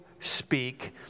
speak